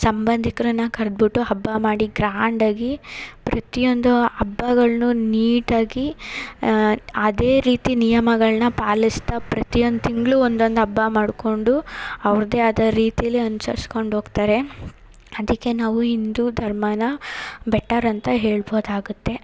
ಸಂಬಂಧಿಕರನ್ನ ಕರ್ದುಬಿಟ್ಟು ಹಬ್ಬ ಮಾಡಿ ಗ್ರ್ಯಾಂಡಾಗಿ ಪ್ರತಿಯೊಂದು ಹಬ್ಬಗಳನ್ನೂ ನೀಟಾಗಿ ಅದೇ ರೀತಿ ನಿಯಮಗಳನ್ನ ಪಾಲಿಸ್ತಾ ಪ್ರತಿಯೊಂದು ತಿಂಗಳು ಒಂದೊಂದು ಹಬ್ಬ ಮಾಡಿಕೊಂಡು ಅವ್ರದ್ದೇ ಆದ ರೀತಿಲಿ ಅನ್ಸರ್ಸ್ಕೊಂಡು ಹೋಗ್ತಾರೆ ಅದಕ್ಕೆ ನಾವು ಹಿಂದೂ ಧರ್ಮನ ಬೆಟರ್ ಅಂತ ಹೇಳ್ಬೋದಾಗುತ್ತೆ